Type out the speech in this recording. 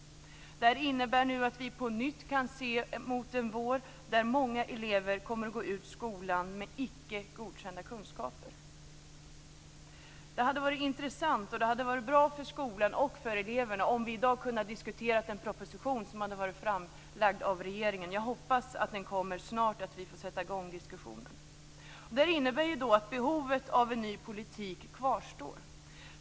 Detta innebär att vi på nytt kan se fram emot en vår då många elever kommer att gå ur skolan med icke godkända kunskaper. Det hade varit intressant, och det hade varit bra för skolan och för eleverna, om vi i dag hade kunnat diskutera en proposition som hade varit framlagd av regeringen. Jag hoppas att den kommer snart och att vi får sätta i gång diskussionen. Detta innebär att behovet av en ny politik kvarstår.